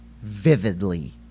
vividly